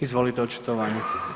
Izvolite očitovanje.